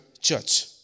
church